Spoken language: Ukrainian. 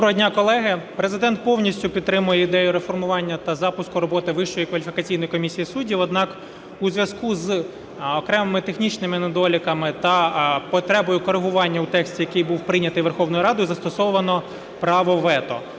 Доброго дня, колеги! Президент повністю підтримує ідею реформування та запуску роботи Вищої кваліфікаційної комісії суддів. Однак у зв'язку з окремими технічними недоліками та потребою коригування у тексті, який був прийнятий Верховною Радою, застосовано право вето.